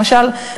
למשל,